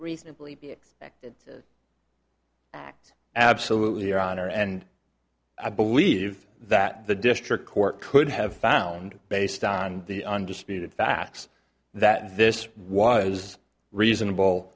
reasonably be expected it's absolutely your honor and i believe that the district court could have found based on the undisputed facts that this was reasonable